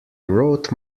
wrote